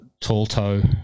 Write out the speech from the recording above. tall-toe